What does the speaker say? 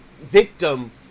victim